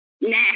Nah